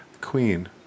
Queen